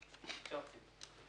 מענה חלקי.